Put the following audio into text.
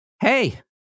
hey